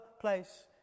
place